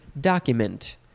document